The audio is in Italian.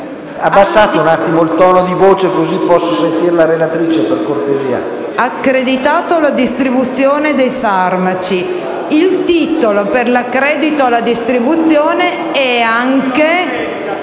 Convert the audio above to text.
abbassate il tono di voce, così posso sentire la relatrice. BERTUZZI, *relatrice*. Accreditato alla distribuzione dei farmaci. Il titolo per l'accredito alla distribuzione è anche